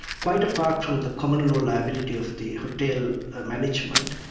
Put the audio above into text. quite apart from the common-law liability of the hotel management,